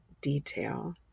detail